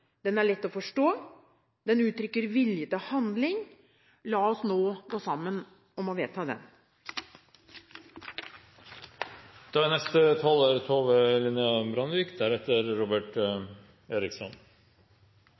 Den er lett å forstå, den uttrykker vilje til handling. La oss nå gå sammen om å vedta